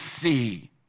see